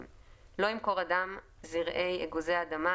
18. לא ימכור אדם זרעי אגוזי אדמה,